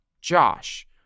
Josh